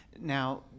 Now